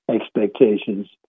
expectations